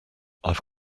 i’ve